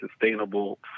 sustainable